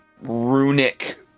runic